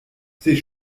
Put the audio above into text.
ses